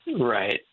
Right